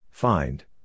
Find